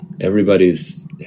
Everybody's